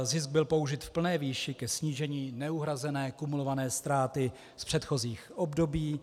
Zisk byl použit v plné výši ke snížení neuhrazené kumulované ztráty z předchozích období.